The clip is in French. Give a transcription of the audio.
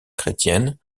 chrétienne